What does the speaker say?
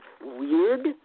weird